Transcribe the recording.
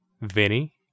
Vinny